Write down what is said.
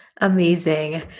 Amazing